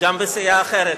בסיעה אחרת.